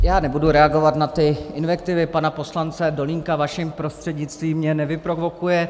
Já nebudu reagovat na invektivy pana poslance Dolínka vaším prostřednictvím, mě nevyprovokuje.